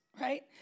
right